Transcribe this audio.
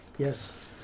Yes